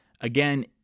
Again